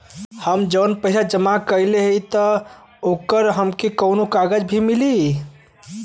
हम जवन पैसा जमा कइले हई त ओकर हमके कौनो कागज भी मिली?